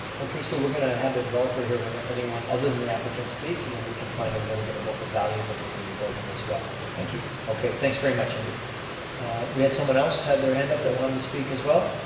okay, so we're going to have the developer here when anyone other than the applicant speaks, and then we can find a little bit about the value of what they're going to be building as well. thank you. okay, thanks very much. and we had someone else that had their hand up that wanted to speak as well?